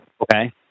okay